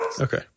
okay